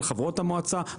על חברות המועצה,